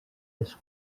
les